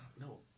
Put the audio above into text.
No